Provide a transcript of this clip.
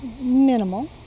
Minimal